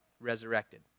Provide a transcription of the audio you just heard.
resurrected